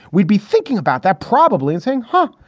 we'd be thinking about that. probably insane, huh?